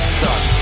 suck